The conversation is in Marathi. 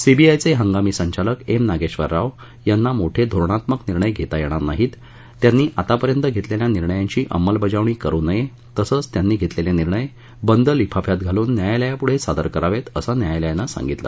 सीबीआयचे हंगामी संचालक एम नागेशवरराव यांना मोठे धोरणात्मक निर्णय घेता येणार नाहीत त्यांनी आतापर्यंत घेतलेल्या निर्णयांची अंमलबजावणी करु नये तसंच त्यांनी घेतलेले निर्णय बंद लिफाफ्यात घालून न्यायालयापुढे सादर करावेत असं न्यायालयानं सांगितलं